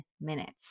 minutes